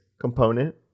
component